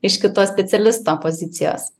iš kito specialisto pozicijos